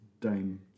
Dame